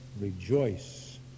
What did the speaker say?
rejoice